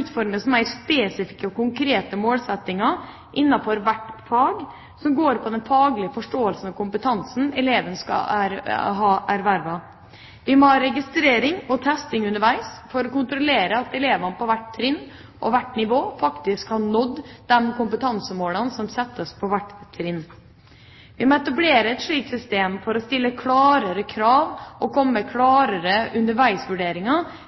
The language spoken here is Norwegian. utformes mer spesifikke og konkrete målsettinger innenfor hvert fag som går på den faglige forståelsen og kompetansen elevene skal ha ervervet. Vi må ha registrering og testing underveis for å kontrollere at elevene på hvert trinn og hvert nivå faktisk har nådd de kompetansemålene som settes for hvert trinn. Vi må etablere et slikt system for å stille klarere krav og komme med klarere underveisvurderinger